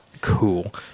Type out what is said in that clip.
cool